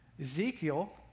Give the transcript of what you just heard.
Ezekiel